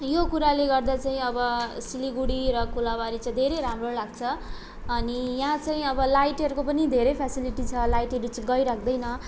यो कुराले गर्दा चाहिँ अब सिलगढी र कोलाबारी चाहिँ धेरै राम्रो लाग्छ अनि यहाँ चाहिँ अब लाइटहरूको पनि धेरै फेसिलिटी छ लाइटहरू चाहिँ गइरहँदैन